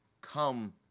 come